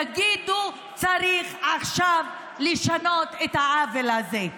תגידו שצריך עכשיו לשנות את העוול הזה.